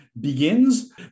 begins